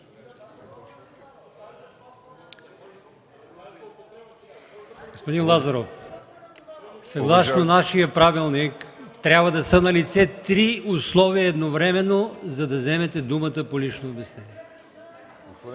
Господин Лазаров, съгласно нашия правилник трябва да са налице едновременно три условия, за да вземете думата по лично обяснение.